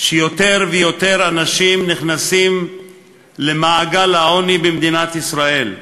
שיותר ויותר אנשים נכנסים למעגל העוני במדינת ישראל.